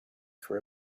for